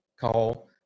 call